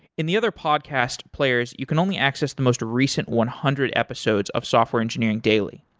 in the other podcast players you can only access the most recent one hundred episodes of software engineering daily.